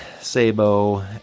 sabo